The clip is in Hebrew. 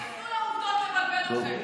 אל תיתנו לעובדות לבלבל אתכם.